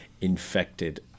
infected